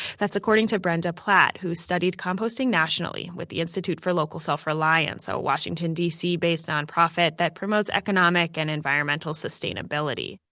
according to brenda platt, who's studied composting nationally with the institute for local self-reliance, so a washington, d c. based non-profit that promotes economic and environmental sustainability